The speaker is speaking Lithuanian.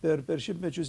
per per šimtmečius